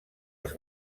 els